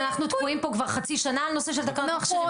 אנחנו תקועים פה כבר חצי שנה על הנושא של תקנות מכשירים.